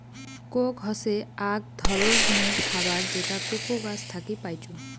Coke হসে আক ধররনের খাবার যেটা কোকো গাছ থাকি পাইচুঙ